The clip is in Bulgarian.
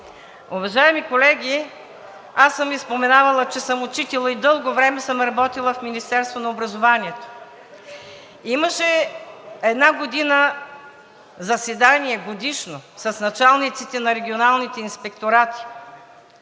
Уважаеми колеги, аз съм Ви споменавала, че съм учител и дълго време съм работила в Министерството на образованието. Имаше една година заседание – годишно, с началниците на регионалните инспекторати,